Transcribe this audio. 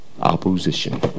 Opposition